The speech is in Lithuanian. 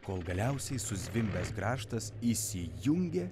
kol galiausiai suzvimbęs grąžtas įsijungė